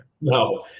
No